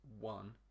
one